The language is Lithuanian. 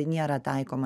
nėra taikoma